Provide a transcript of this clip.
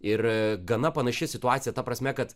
ir gana panaši situacija ta prasme kad